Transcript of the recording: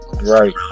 Right